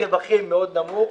רווחים מאוד נמוך